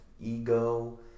ego